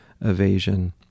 evasion